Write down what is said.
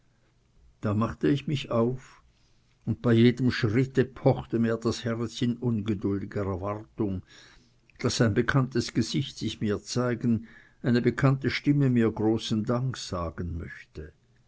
da machte ich mich auf und bei jedem schritte pochte mir das herz in ungeduldiger erwartung daß ein bekanntes gesicht sich mir zeigen eine bekannte stimme mir großen dank sagen möchte